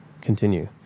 continue